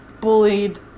bullied